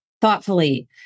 thoughtfully